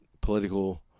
political